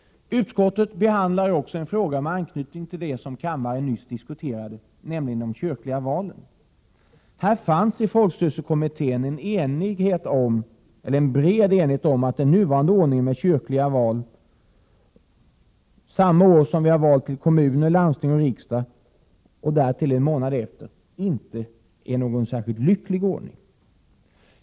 Utskottet behandlar också en fråga med anknytning till det vi nyss diskuterade, nämligen de kyrkliga valen. I folkstyrelsekommittén fanns en bred enighet om att den nuvarande ordningen med kyrkliga val samma år vi valt till kommun, landsting och riksdag, men en månad senare, inte är någon särskilt lyckosam ordning.